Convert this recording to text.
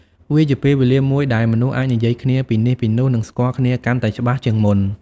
វាជាពេលវេលាមួយដែលមនុស្សអាចនិយាយគ្នាពីនេះពីនោះនិងស្គាល់គ្នាកាន់តែច្បាស់ជាងមុន។